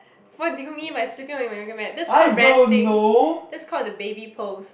what did you mean by sleeping on your yoga mat that's called resting that's called the baby pose